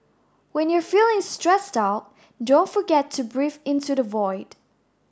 when you are feeling stressed out don't forget to breathe into the void